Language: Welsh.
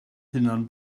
hunan